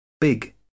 big